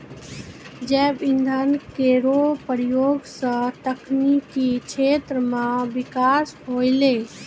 जैव इंधन केरो प्रयोग सँ तकनीकी क्षेत्र म बिकास होलै